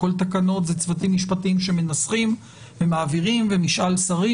כל תקנה זה צוותים משפטיים שמנסחים ומעבירים ומשאל שרים,